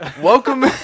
welcome